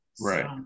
Right